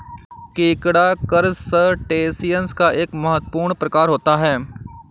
केकड़ा करसटेशिंयस का एक महत्वपूर्ण प्रकार होता है